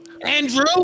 Andrew